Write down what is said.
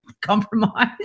Compromise